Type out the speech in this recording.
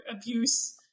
abuse